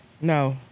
No